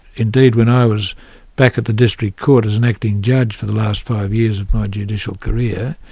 indeed when i was back at the district court as an acting judge for the last five years of my judicial career,